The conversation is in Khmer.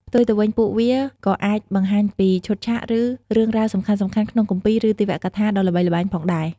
ផ្ទុយទៅវិញ ពួកវាក៏អាចបង្ហាញពី ឈុតឆាក ឬរឿងរ៉ាវសំខាន់ៗក្នុងគម្ពីរ ឬទេវកថា ដ៏ល្បីល្បាញផងដែរ។